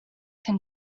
can